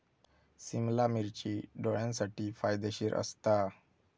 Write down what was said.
सिमला मिर्ची डोळ्यांसाठी फायदेशीर असता